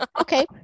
Okay